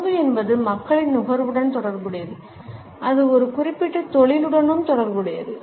உணவு என்பது மக்களின் நுகர்வுடன் தொடர்புடையது அது ஒரு குறிப்பிட்ட தொழிலுடனும் தொடர்புடையது